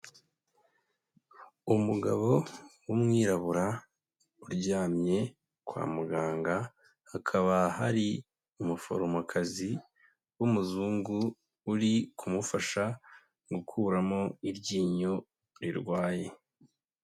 Umugabo w'umwirabura uryamye kwa muganga hakaba hari umuforomokazi w'umuzungu uri kumufasha gukuramo iryinyo rirwaye.